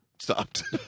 stopped